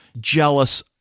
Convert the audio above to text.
jealous